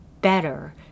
better